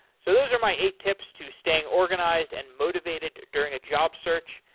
so those are my eight tips to staying organized and motivated during a job search.